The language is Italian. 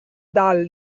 dal